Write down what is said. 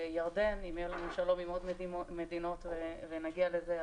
ירדן אם יהיה לנו שלום עם עוד מדינות ונגיע לזה,